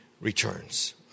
returns